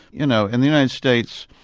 you know, in the united states,